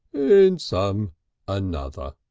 and some another.